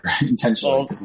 intentionally